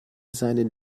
seinen